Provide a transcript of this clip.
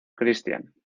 cristián